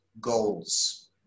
goals